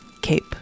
cape